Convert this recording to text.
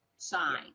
sign